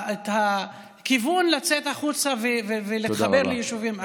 הכיוון לצאת החוצה ולהתחבר ליישובים אחרים.